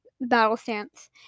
battle-stance